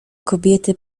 kobiety